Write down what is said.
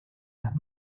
las